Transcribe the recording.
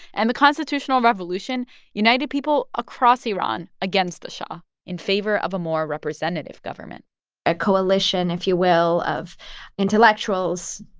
and the constitutional revolution united people across iran against the shah in favor of a more representative government a coalition, if you will, of intellectuals,